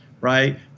right